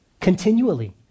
Continually